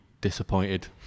disappointed